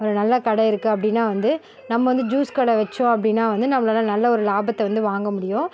ஒரு நல்லா கடை இருக்கு அப்படின்னா வந்து நம்ம வந்து ஜூஸ் கடை வச்சோம் அப்படின்னா வந்து நம்பளால் நல்ல ஒரு லாபத்தை வந்து வாங்க முடியும்